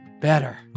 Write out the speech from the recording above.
better